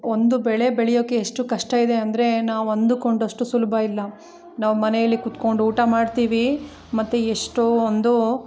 ಒಂದು ಬೆಳೆ ಬೆಳೆಯೋಕೆ ಎಷ್ಟು ಕಷ್ಟ ಇದೆ ಅಂದರೆ ನಾವು ಅಂದುಕೊಂಡಷ್ಟು ಸುಲಭ ಇಲ್ಲ ನಾವು ಮನೆಯಲ್ಲಿ ಕೂತ್ಕೊಂಡು ಊಟ ಮಾಡ್ತೀವಿ ಮತ್ತು ಎಷ್ಟೋ ಒಂದು